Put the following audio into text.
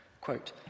quote